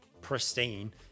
pristine